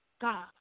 God